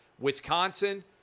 Wisconsin